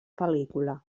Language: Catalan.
pel·lícula